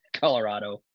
Colorado